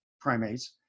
primates